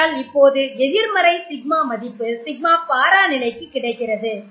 ஆகையால் இப்போது எதிர்மறை σ மதிப்பு σ பாரா நிலைக்கு கிடைக்கிறது